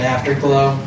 Afterglow